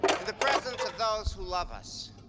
in the presence of those who love us,